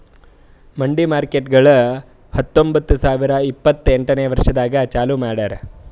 ಮಂಡಿ ಮಾರ್ಕೇಟ್ಗೊಳ್ ಹತೊಂಬತ್ತ ಸಾವಿರ ಇಪ್ಪತ್ತು ಎಂಟನೇ ವರ್ಷದಾಗ್ ಚಾಲೂ ಮಾಡ್ಯಾರ್